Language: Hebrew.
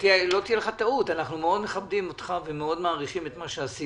שלא תהיה לך טעות אנחנו מאוד מכבדים אותך ומאוד מעריכים את מה שעשית,